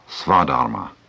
svadharma